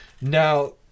Now